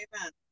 Amen